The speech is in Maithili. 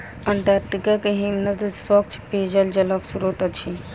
अंटार्टिका के हिमनद स्वच्छ पेयजलक स्त्रोत अछि